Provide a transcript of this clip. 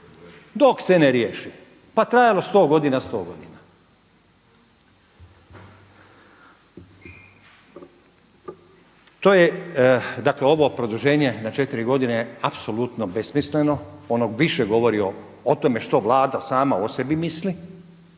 dok se ne riješi pa trajalo 100 godina, 100 godina. To je, dakle ovo produženje na 4 godine je apsolutno besmisleno, ono više govori o tome što Vlada sama o sebi misli